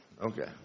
Okay